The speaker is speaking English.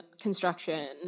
construction